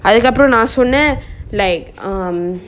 அதுக்கப்புறம் நா சொன்னன்:athukkappuram na sonnan like um